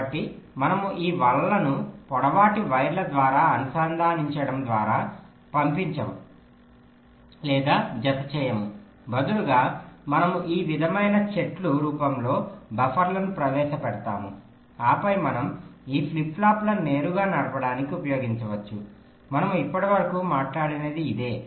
కాబట్టి మనము ఈ వలలను పొడవాటి వైర్ల ద్వారా అనుసంధానించడం ద్వారా పంపించము లేదా జత చేయము బదులుగా మనము ఈ విధమైన చెట్టు రూపంలో బఫర్లను ప్రవేశపెడతాము ఆపై మనం ఈ ఫ్లిప్ ఫ్లాప్లను నేరుగా నడపడానికి ఉపయోగించవచ్చు మనము ఇప్పటివరకు మనట్లాడినది ఇదే